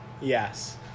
Yes